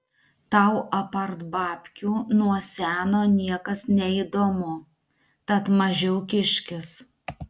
tau apart babkių nuo seno niekas neįdomu tad mažiau kiškis